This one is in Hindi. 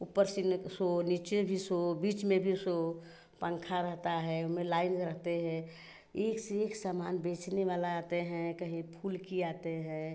उपर से सो नीचे भी सो बीच में भी सो पंखा रहता है उसमें लाइन रहते है एक से एक समान बेचने वाला आते हैं कहीं फुलकी आते हैं